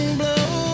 blow